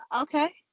Okay